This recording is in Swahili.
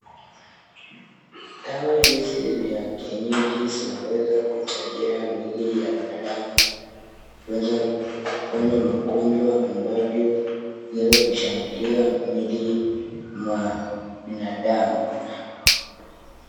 Dawa hizi za kienyeji zinaweza kusaidia mwili ya binadamu kuweza kuponya magonjwa ambavyo inaweza kushambulia mwili ya binadamu.